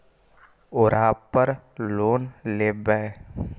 ओरापर लोन लेवै?